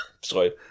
sorry